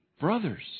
brothers